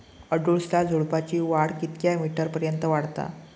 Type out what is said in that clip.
अडुळसा झुडूपाची वाढ कितक्या मीटर पर्यंत वाढता?